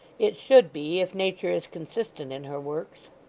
it should be, if nature is consistent in her works